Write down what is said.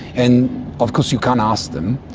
and of course you can't ask them,